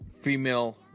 female